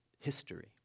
history